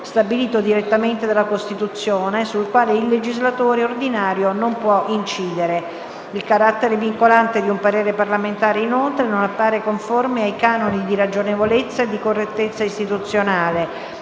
stabilito direttamente dalla Costituzione sul quale il legislatore ordinario non può incidere. Il carattere vincolante di un parere parlamentare, inoltre, non appare conforme ai canoni di ragionevolezza e di correttezza istituzionale